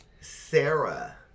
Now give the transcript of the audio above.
Sarah